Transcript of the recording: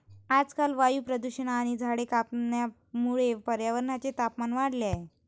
आजकाल वायू प्रदूषण आणि झाडे कापण्यामुळे पर्यावरणाचे तापमान वाढले आहे